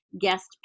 guest